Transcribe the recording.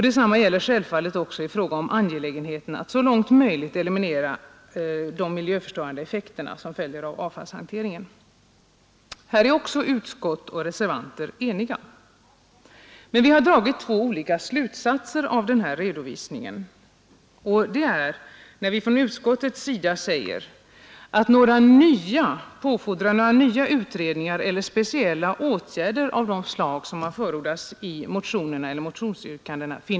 Detsamma gäller självfallet också angelägenheten att så långt möjligt eliminera de miljöförstörande effekter som följer med avfallshanteringen. Även där är utskottet och reservanterna eniga. Men vi har dragit olika slutsatser av den omfattande redovisning utskottet gjort. Utskottet finner inte anledning att påfordra några nya utredningar eller några speciella åtgärder av det slag som förordats i motionsyrkandena.